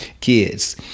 kids